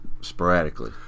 sporadically